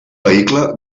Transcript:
vehicle